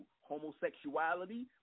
Homosexuality